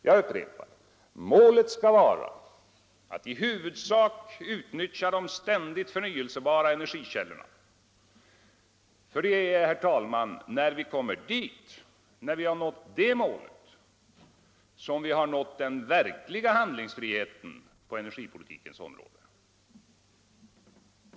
Jag upprepar att målet måste vara att i huvudsak utnyttja de ständigt förnyelsebara energikällorna. Det är, herr talman, när vi har nått det målet som vi har nått den verkliga handlingsfriheten på energipolitikens område.